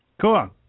Cool